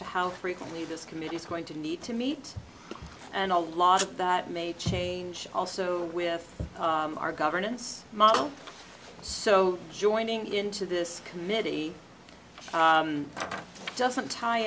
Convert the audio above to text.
to how frequently this committee is going to need to meet and a lot of that may change also with our governance model so joining into this committee doesn't tie